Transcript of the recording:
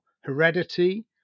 heredity